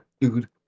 Dude